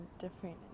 different